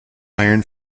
iron